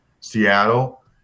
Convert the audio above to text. Seattle